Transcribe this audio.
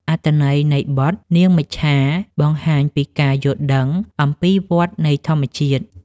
អត្ថន័យនៃបទ នាងមេឆ្មា បង្ហាញពីការយល់ដឹងអំពីវដ្តនៃធម្មជាតិ។